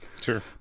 Sure